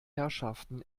herrschaften